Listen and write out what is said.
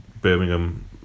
Birmingham